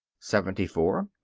seventy four.